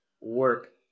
work